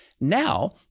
Now